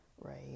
right